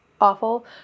awful